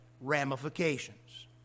ramifications